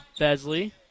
Besley